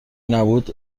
نبود